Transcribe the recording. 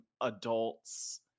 adult's